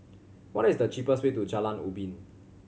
what is the cheapest way to Jalan Ubin